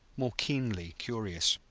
more keenly curious.